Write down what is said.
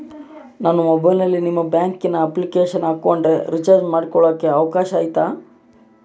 ನಾನು ಮೊಬೈಲಿನಲ್ಲಿ ನಿಮ್ಮ ಬ್ಯಾಂಕಿನ ಅಪ್ಲಿಕೇಶನ್ ಹಾಕೊಂಡ್ರೆ ರೇಚಾರ್ಜ್ ಮಾಡ್ಕೊಳಿಕ್ಕೇ ಅವಕಾಶ ಐತಾ?